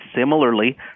Similarly